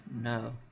No